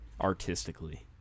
artistically